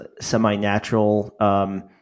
semi-natural